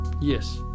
Yes